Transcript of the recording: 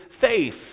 faith